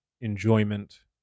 enjoyment